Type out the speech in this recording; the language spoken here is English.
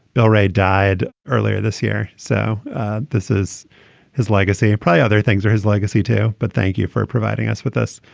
bill. ray died earlier this year. so this is his legacy. other things are his legacy, too. but thank you for providing us with us.